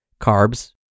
Carbs